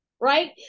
right